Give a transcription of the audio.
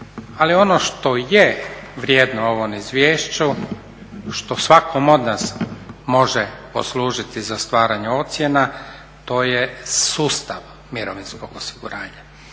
Ali ono što je vrijedno u ovome izvješću, što svakom od nas može poslužiti za stvaranje ocjena to je sustav mirovinskog osiguranja